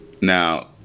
Now